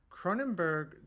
Cronenberg